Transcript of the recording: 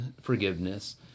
forgiveness